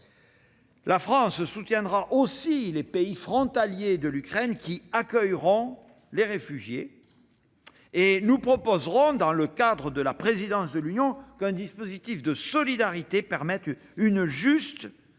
La France soutiendra aussi les pays frontaliers de l'Ukraine qui accueilleront les réfugiés et nous proposerons, dans le cadre de la présidence du Conseil de l'Union européenne, qu'un dispositif de solidarité permette une juste répartition